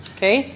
Okay